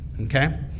okay